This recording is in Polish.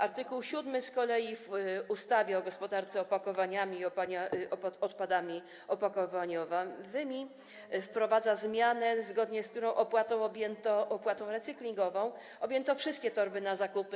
Art. 7 z kolei w ustawie o gospodarce opakowaniami i odpadami opakowaniowymi wprowadza zmianę, zgodnie z którą opłatą recyklingową objęto wszystkie torby na zakupy.